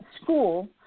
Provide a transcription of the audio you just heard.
school